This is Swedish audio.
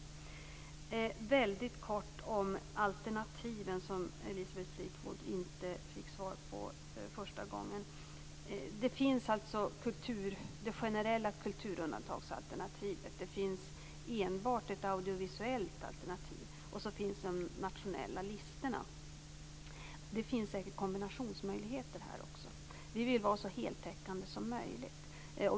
Jag skall väldigt kort säga något angående frågan om alternativen, som Elisabeth Fleetwood inte fick svar på första gången. Det finns det generella kulturundantagsalternativet, det finns ett enbart audiovisuellt alternativ, och sedan finns de nationella listorna. Det finns säkert också kombinationsmöjligheter här. Vi vill vara så heltäckande som möjligt.